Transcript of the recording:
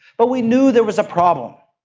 but we knew there was a problem.